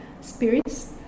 spirits